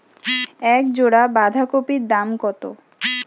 এক জোড়া বাঁধাকপির দাম কত?